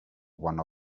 one